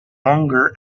longer